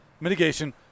Mitigation